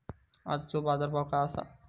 आजचो बाजार भाव काय आसा?